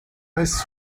restent